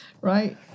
Right